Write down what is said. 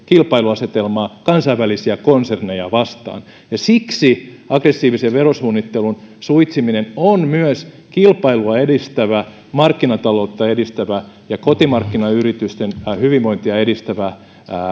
kilpailuasetelmaa kansainvälisiä konserneja vastaan siksi aggressiivisen verosuunnittelun suitsiminen on myös kilpailua edistävä markkinataloutta edistävä ja kotimarkkinayritysten hyvinvointia edistävä